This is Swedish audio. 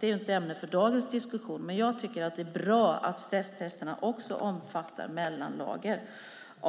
är inte ämnet för dagens diskussion. Men jag tycker det är bra att stresstesterna omfattar också mellanlager.